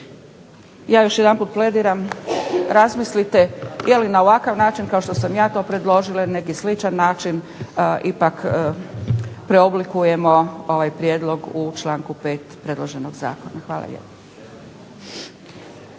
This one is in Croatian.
ja još jedanput plediram razmislite da li na ovaj način kao što sam ja to predložila ili neki sličan način ipak preoblikujemo ovaj prijedlog u članku 5. predloženog Zakona. Hvala